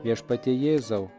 viešpatie jėzau